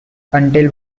until